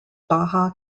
baja